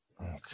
Okay